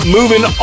Moving